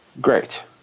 Great